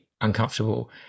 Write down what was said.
uncomfortable